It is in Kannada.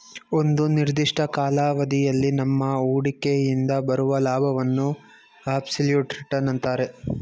ಒಂದು ನಿರ್ದಿಷ್ಟ ಕಾಲಾವಧಿಯಲ್ಲಿ ನಮ್ಮ ಹೂಡಿಕೆಯಿಂದ ಬರುವ ಲಾಭವನ್ನು ಅಬ್ಸಲ್ಯೂಟ್ ರಿಟರ್ನ್ಸ್ ಅಂತರೆ